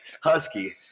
husky